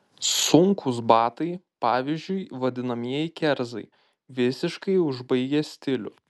sunkūs batai pavyzdžiui vadinamieji kerzai visiškai užbaigia stilių